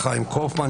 חיים קאופמן,